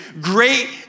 great